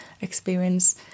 experience